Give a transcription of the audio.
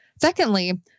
Secondly